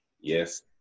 yes